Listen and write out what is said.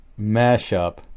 mashup